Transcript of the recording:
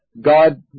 God